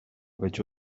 which